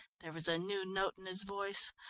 there was a new note in his voice.